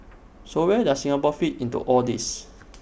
so where does Singapore fit into all this